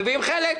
הם מביאים חלק,